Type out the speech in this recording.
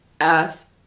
ass